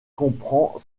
comprend